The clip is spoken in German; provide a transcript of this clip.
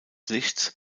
lichts